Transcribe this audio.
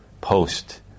post